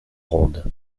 ronde